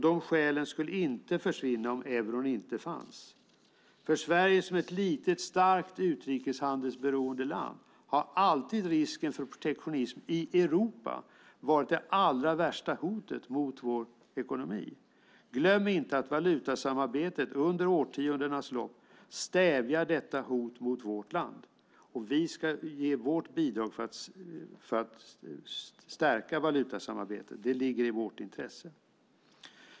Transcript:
De skälen skulle inte försvinna om euron inte fanns. För Sverige som ett litet starkt utrikeshandelsberoende land har alltid risken för protektionism i Europa varit det allra värsta hotet mot vår ekonomi. Glöm inte att valutasamarbetet under årtiondenas lopp stävjar detta hot mot vårt land. Vi ska ge vårt bidrag för att stärka valutasamarbetet. Det ligger i vårt intresse.